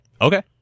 okay